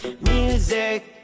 music